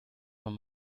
von